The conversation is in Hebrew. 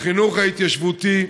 החינוך ההתיישבותי.